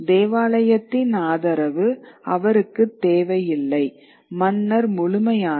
தேவாலயத்தின் ஆதரவு அவருக்கு தேவையில்லை மன்னர் முழுமையானவர்